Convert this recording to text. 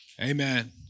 amen